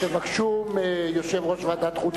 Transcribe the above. אני מציע: תבקשו מיושב-ראש ועדת החוץ